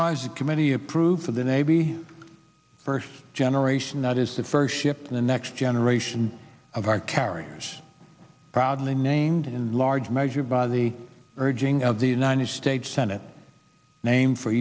wise a committee approved for the navy first generation that is the first ship the next generation of our carriers proudly named in large measure by the urging of the united states senate named for